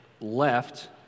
left